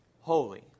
holy